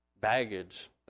baggage